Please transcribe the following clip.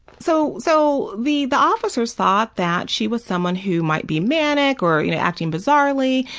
so so the the officers thought that she was someone who might be manic or you know acting bizarrely,